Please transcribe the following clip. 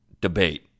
debate